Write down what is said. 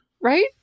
right